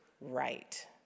right